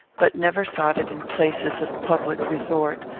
but never sought it in places of public resort,